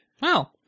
Wow